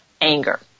anger